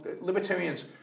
libertarians